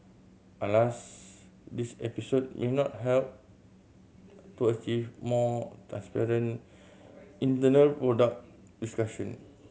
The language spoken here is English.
alas this episode may not help to achieve more transparent internal product discussion